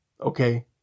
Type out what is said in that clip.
okay